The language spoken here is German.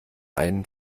einen